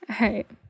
right